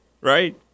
Right